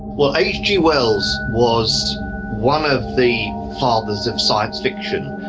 well, hg wells was one of the fathers of science fiction.